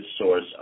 source